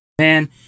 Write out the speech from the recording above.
man